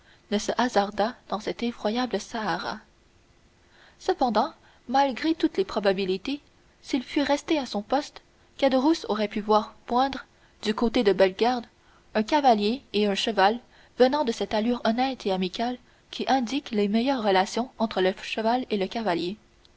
ne se hasardât dans cet effroyable sahara cependant malgré toutes les probabilités s'il fût resté à son poste caderousse aurait pu voir poindre du côté de bellegarde un cavalier et un cheval venant de cette allure honnête et amicale qui indique les meilleures relations entre le cheval et le cavalier